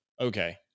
Okay